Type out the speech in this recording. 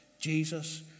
Jesus